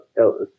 else